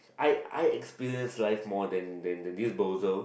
I I experience life more than than the disposal